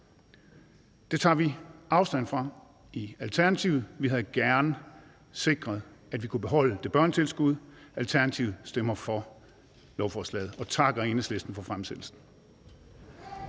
Det tager vi afstand fra i Alternativet. Vi havde gerne sikret, at vi kunne beholde det børnetilskud. Alternativet stemmer for lovforslaget og takker Enhedslisten for fremsættelsen.